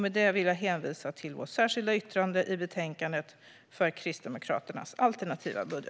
Med detta vill jag hänvisa till vårt särskilda yttrande.